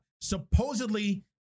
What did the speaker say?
Supposedly